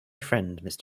friend